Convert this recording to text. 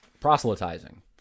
proselytizing